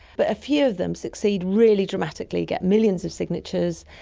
but a few of them succeed really dramatically, get millions of signatures,